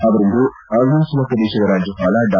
ಅವರಿಂದು ಅರುಣಾಚಲ ಪ್ರದೇಶ ರಾಜ್ಯಪಾಲ ಡಾ